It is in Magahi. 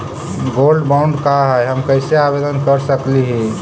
गोल्ड बॉन्ड का है, हम कैसे आवेदन कर सकली ही?